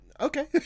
okay